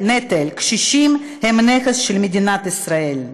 קשישים הם נכס של מדינת ישראל.